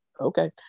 Okay